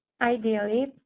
Ideally